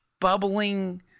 bubbling